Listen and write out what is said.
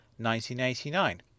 1989